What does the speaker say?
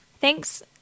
Thanks